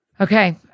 Okay